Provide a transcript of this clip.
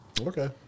Okay